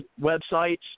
websites